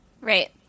right